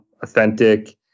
authentic